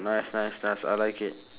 nice nice nice I like it